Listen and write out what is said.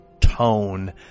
tone